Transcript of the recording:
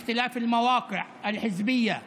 למרות ההבדלים בתפקידים, ההבדלים המפלגתיים.